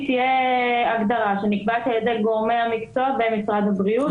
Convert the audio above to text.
תהיה הגדרה שנקבעת על ידי גורמי המקצוע במשרד הבריאות.